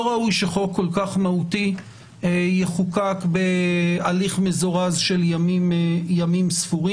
לא ראוי שחוק כל כך מהותי יחוקק בהליך מזורז של ימים סבורים.